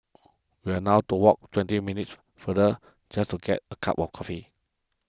we are now to walk twenty minutes further just to get a cup of coffee